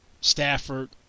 Stafford